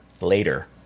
later